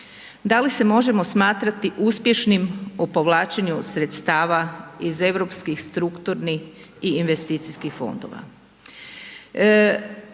da li se možemo smatrati uspješnim u povlačenju sredstava iz Europskih strukturnih i investicijskih fondova?